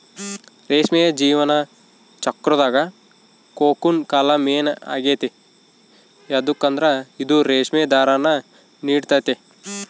ರೇಷ್ಮೆಯ ಜೀವನ ಚಕ್ರುದಾಗ ಕೋಕೂನ್ ಕಾಲ ಮೇನ್ ಆಗೆತೆ ಯದುಕಂದ್ರ ಇದು ರೇಷ್ಮೆ ದಾರಾನ ನೀಡ್ತತೆ